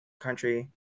country